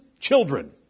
children